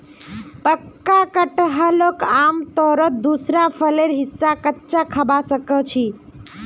पक्का कटहलक आमतौरत दूसरा फलेर हिस्सा कच्चा खबा सख छि